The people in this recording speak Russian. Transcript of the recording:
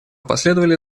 последовали